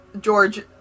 George